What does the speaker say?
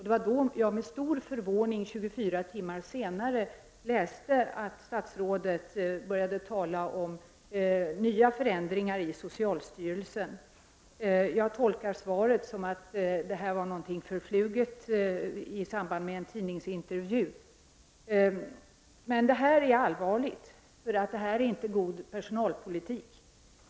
Det var då jag med stor förvåning, 24 timmar senare, läste att statsrådet började tala om nya förändringar inom socialstyrelsen. Jag tolkar svaret som att detta var någonting förfluget i samband med en tidningsintervju. Men detta är allvarligt, det är inte god personalpolitik.